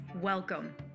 Welcome